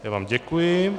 Já vám děkuji.